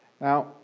Now